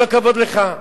כל הכבוד לך.